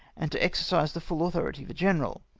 and to exercise the full au thority of a general.